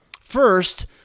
First